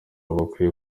bakwiye